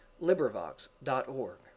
Librivox.org